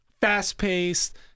fast-paced